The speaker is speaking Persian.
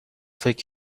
فکر